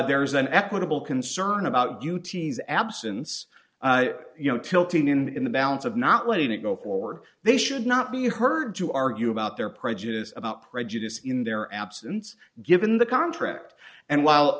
there is an equitable concern about beauty's absence you know tilting in the balance of not letting it go forward they should not be heard to argue about their prejudice about prejudice in their absence given the contract and while